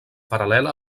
paral·lela